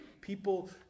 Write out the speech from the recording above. people